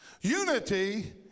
Unity